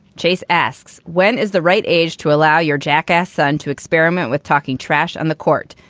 chase asks when is the right age to allow your jackass son to experiment with talking trash on the court.